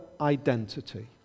identity